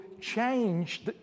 change